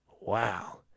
Wow